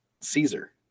Caesar